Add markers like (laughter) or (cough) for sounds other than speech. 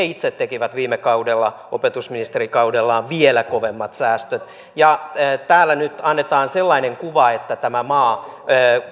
(unintelligible) itse tekivät viime kaudella opetusministerikaudellaan vielä kovemmat säästöt ja täällä nyt annetaan sellainen kuva että tämä maa